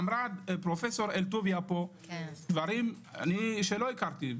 אמרה פרופ' אלטוביה פה דברים שלא הכרתי,